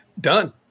Done